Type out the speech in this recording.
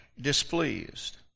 displeased